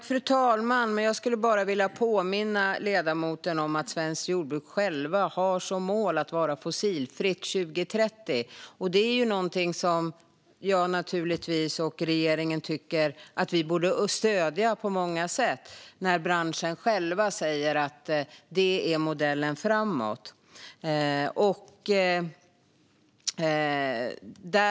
Fru talman! Jag skulle bara vilja påminna ledamoten om att svenskt jordbruk självt har som mål att vara fossilfritt 2030. Jag och regeringen tycker naturligtvis att vi borde stödja det på många sätt när branschen själv säger att det är modellen framåt.